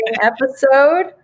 episode